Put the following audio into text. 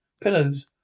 pillows